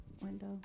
window